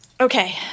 Okay